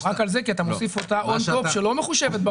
אתה מוסיף את ה-on top שלא מחושב.